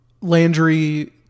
Landry